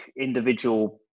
individual